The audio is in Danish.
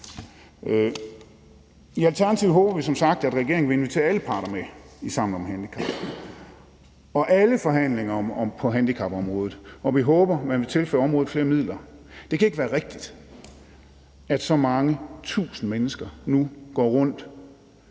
I Alternativet håber vi som sagt, at regeringen vil invitere alle parter med i Sammen om handicap og i alle forhandlinger på handicapområdet, og vi håber, man vil tilføre området flere midler. Det kan ikke være rigtigt, at så mange tusinde mennesker nu går rundt